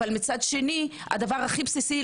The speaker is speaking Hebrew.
אבל מצד שני הדבר הבסיסי,